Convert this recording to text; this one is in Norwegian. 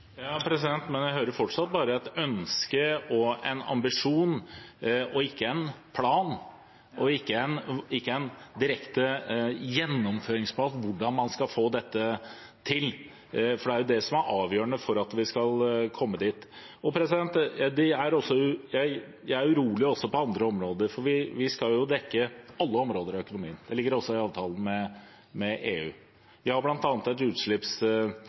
Jeg hører fortsatt bare et ønske og en ambisjon, ikke en plan – en direkte gjennomføringsplan for hvordan man skal få dette til, for det er jo det som er avgjørende for at vi skal komme dit. Jeg er urolig også på andre områder, for vi skal jo dekke alle områder av økonomien. Det ligger også i avtalen med EU. Vi har bl.a. et